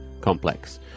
complex